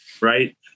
right